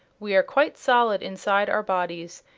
we are quite solid inside our bodies,